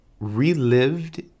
relived